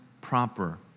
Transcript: proper